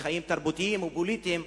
מחיים תרבותיים ופוליטיים,